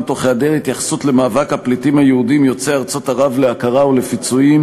בהיעדר התייחסות למאבק הפליטים היהודים יוצאי ארצות ערב להכרה ולפיצויים,